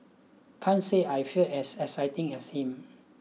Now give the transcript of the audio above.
can't say I feel as excited as him